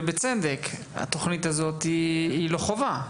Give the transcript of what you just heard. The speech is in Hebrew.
ובצדק: התכנית הזו היא לא חובה.